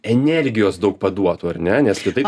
energijos daug paduotų ar ne nes kitaip